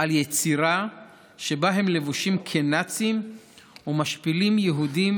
על יצירה שבה הם לבושים כנאצים ומשפילים יהודים,